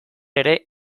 ere